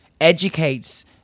educates